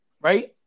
right